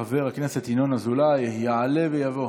חבר הכנסת ינון אזולאי, יעלה ויבוא.